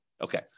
okay